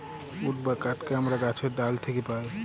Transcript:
would বা কাহাঠকে আমরা গাহাছের ডাহাল থ্যাকে পাই